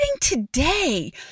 today